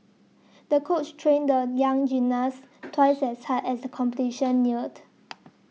the coach trained the young gymnast twice as hard as the competition neared